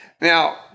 Now